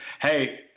Hey